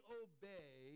obey